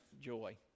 joy